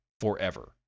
forever